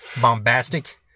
bombastic